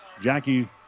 Jackie